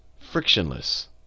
frictionless